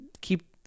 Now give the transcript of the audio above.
keep